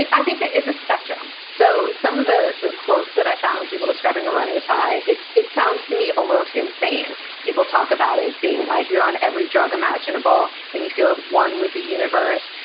i think that it's a spectrum. so, some of the the quotes that i found people describing a runner's high, it it sounds to me almost insane. people talk about it as being like you're on every drug imaginable, and you feel at one with the universe,